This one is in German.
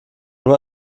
nur